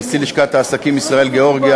נשיא לשכת העסקים ישראל גאורגיה,